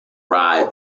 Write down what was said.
ride